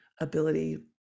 ability